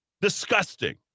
Disgusting